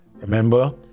Remember